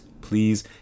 please